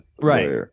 Right